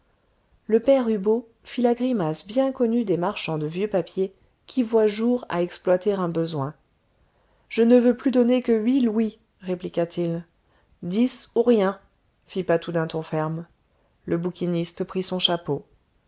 le père hubault fit la grimace bien connue des marchands de vieux papiers qui voient jour à exploiter un besoin je ne veux plus donner que huit louis répliqua-t-il dix ou rien fit patou d'un ton ferme le bouquiniste prit son chapeau